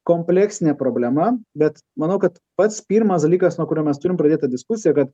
kompleksinė problema bet manau kad pats pirmas dalykas nuo kurio mes turim pradėt tą diskusiją kad